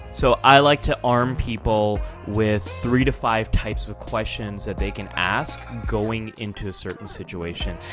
so i like to arm people with three to five types of questions that they can ask going into a certain situation.